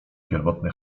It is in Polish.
pierwotny